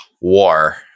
war